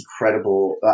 incredible